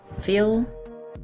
Feel